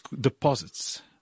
deposits